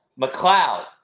McLeod